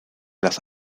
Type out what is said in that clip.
las